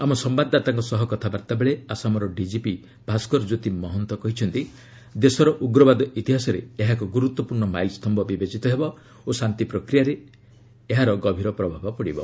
ଆମ ସମ୍ଭାଦଦାତାଙ୍କ ସହ କଥାବାର୍ତ୍ତା ବେଳେ ଆସାମର ଡିଙ୍ଗିପି ଭାଷ୍କର କ୍ୟୋତି ମହାନ୍ତ କହିଛନ୍ତି ଦେଶର ଉଗ୍ରବାଦ ଇତିହାସରେ ଏହା ଏକ ଗୁରୁତ୍ୱପୂର୍ଣ୍ଣ ମାଇଲସ୍ତମ୍ଭ ବିବେଚିତ ହେବ ଓ ଶାନ୍ତି ପ୍ରକ୍ରିୟାରେ ଉପରେ ଏହାର ଗଭୀର ପ୍ରଭାବ ପଡ଼ିବ